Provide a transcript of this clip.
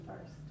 first